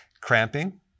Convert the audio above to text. cramping